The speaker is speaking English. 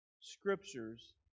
scriptures